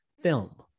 film